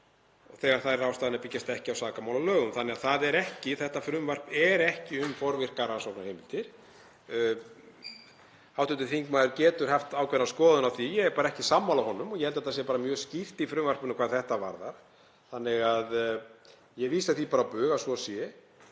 þegar þær ráðstafanir byggjast ekki á sakamálalögum. Þannig að þetta frumvarp er ekki um forvirkar rannsóknarheimildir. Hv. þingmaður getur haft ákveðna skoðun á því. Ég er bara ekki sammála honum. Ég held að þetta sé mjög skýrt í frumvarpinu hvað þetta varðar þannig að ég vísa því á bug að svo sé.